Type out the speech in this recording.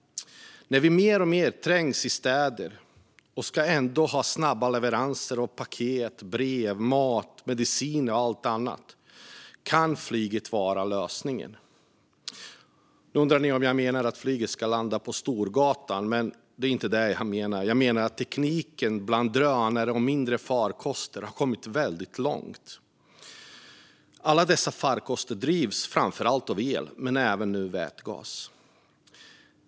När vi mer och mer trängs i städer och ändå ska ha snabba leveranser av paket, brev, mat, mediciner och allt annat kan flyget vara lösningen. Nu undrar ni om jag menar att flygplan ska landa på Storgatan, men det är inte så jag menar. Jag menar att tekniken för drönare och mindre farkoster har kommit väldigt långt. Alla dessa farkoster drivs framför allt av el men även av vätgas.